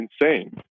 insane